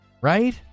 Right